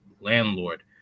landlord